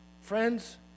Friends